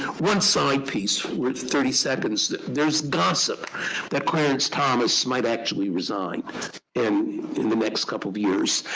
one side piece worth thirty seconds there's gossip that clarence thomas might actually resign in in the next couple of years.